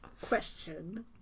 question